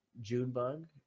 Junebug